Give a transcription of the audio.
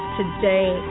today